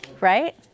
right